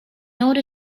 order